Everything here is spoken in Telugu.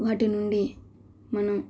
వాటి నుండి మనం